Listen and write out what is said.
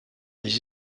les